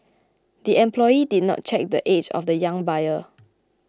the employee did not check the age of the young buyer